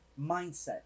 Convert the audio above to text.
mindset